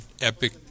epic